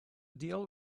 deal